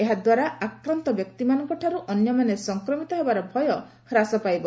ଏହା ଦ୍ୱାରା ଆକ୍ରାନ୍ତ ବ୍ୟକ୍ତିମାନଙ୍କଠାରୁ ଅନ୍ୟମାନେ ସଂକ୍ରମିତ ହେବାର ଭୟ ହ୍ରାସ ପାଇବ